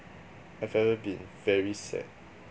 I've ever been very sad